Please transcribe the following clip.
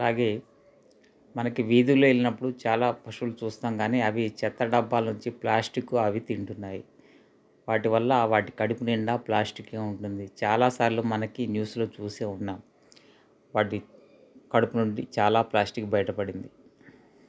అలాగే మనకి వీధుల్లో వెళ్ళినప్పుడు చాలా పశువులు చూస్తాము కానీ అవి చెత్త డబ్బాలలోంచి ప్లాస్టిక్ అవి తింటున్నాయి వాటి వల్ల వాటి కడుపు నిండా ప్లాస్టికే ఉంటుంది చాలా సార్లు మనకి న్యూస్లో చూసే ఉన్నాము వాటి కడుపు నుండి చాలా ప్లాస్టిక్ బయటపడింది